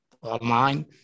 online